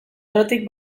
errotik